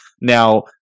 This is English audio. Now